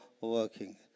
working